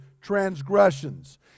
transgressions